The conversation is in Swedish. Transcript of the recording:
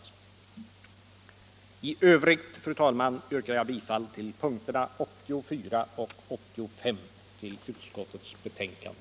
I övrigt, herr talman, yrkar jag bifall till punkterna 84 och 85 i utskottets betänkande.